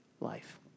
life